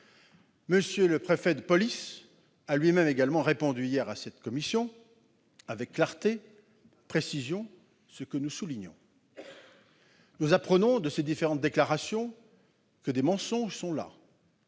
M. le préfet de police a lui-même répondu hier à cette commission d'enquête avec clarté et précision, ce que nous soulignons. Nous apprenons de ces différentes déclarations que des mensonges ont été